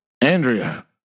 Andrea